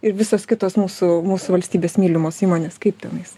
ir visos kitos mūsų mūsų valstybės mylimos įmonės kaip tenais